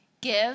Give